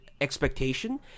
expectation